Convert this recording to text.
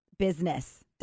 Business